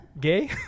gay